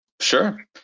Sure